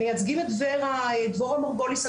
מייצגים את ור"ה דבורה מרגוליס,